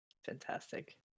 fantastic